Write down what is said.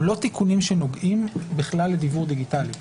הם לא תיקונים שנוגעים בכלל לדיוור דיגיטלי.